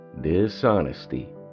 dishonesty